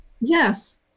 Yes